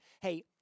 Hey